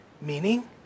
meaning